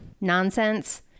nonsense